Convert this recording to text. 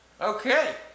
Okay